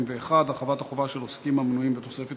41) (הרחבת החובה של עוסקים המנויים בתוספת